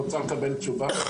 את רוצה לקבל תשובה?